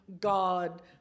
God